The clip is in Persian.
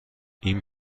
این